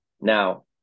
Now